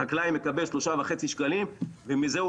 החקלאי מקבל שלושה וחצי שקלים ומזה הוא